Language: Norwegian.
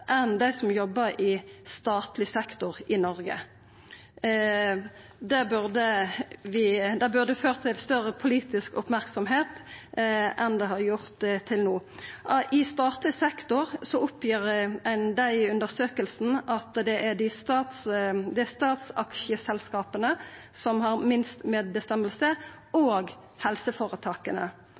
enn dei som jobbar i statleg sektor i Noreg. Det burde ført til større politisk merksemd enn det har gjort til no. I statleg sektor oppgjer dei undersøkingane at det er i statlege aksjeselskap og i helseføretaka det er minst medbestemming. Då er det kanskje ikkje så rart at vi fekk ein så langvarig sjukshusstreik som